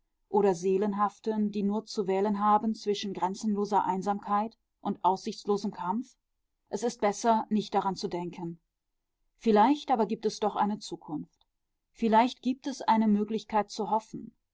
oder seelenhaften die nur zu wählen haben zwischen grenzenloser einsamkeit und aussichtslosem kampf es ist besser nicht daran zu denken vielleicht aber gibt es doch eine zukunft vielleicht gibt es eine möglichkeit zu hoffen